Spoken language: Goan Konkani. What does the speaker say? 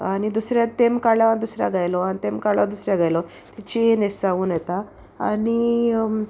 आनी दुसऱ्या तेम काडोन दुसऱ्या गायलो आनी तेम काडला दुसऱ्या गायलो ती चेन अशे जावून येता आनी